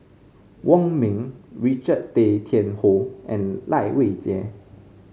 Wong Ming Richard Tay Tian Hoe and Lai Weijie